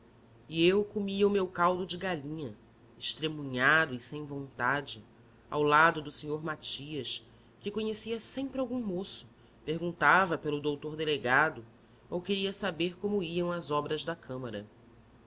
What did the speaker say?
e eu comia o meu caldo de galinha estremunhado e sem vontade ao lado do senhor matias que conhecia sempre algum moço perguntava pelo doutor delegado ou queria saber como iam as obras da câmara